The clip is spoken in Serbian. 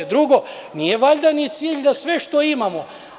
Drugo, nije valjda ni cilj da sve što imamo…